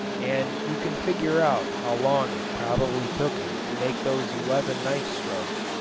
and you can figure out how long it prob'bly took him to make those eleven knife strokes.